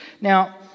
Now